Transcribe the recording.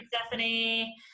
Stephanie